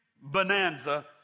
bonanza